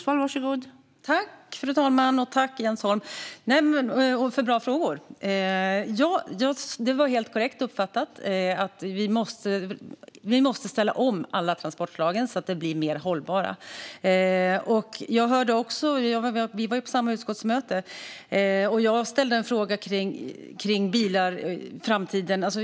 Fru talman! Tack för bra frågor, Jens Holm! Det var helt korrekt uppfattat: Vi måste ställa om alla transportslagen så att de blir mer hållbara. Vi var ju på samma utskottsmöte, och jag ställde då en fråga om bilar i framtiden.